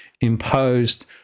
imposed